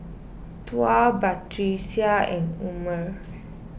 Tuah Batrisya and Umar